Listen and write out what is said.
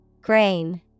Grain